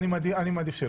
אני מעדיף שלא.